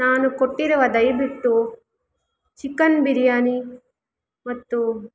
ನಾನು ಕೊಟ್ಟಿರುವ ದಯವಿಟ್ಟು ಚಿಕನ್ ಬಿರಿಯಾನಿ ಮತ್ತು